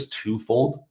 twofold